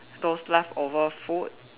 those leftover food